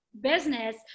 business